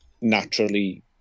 naturally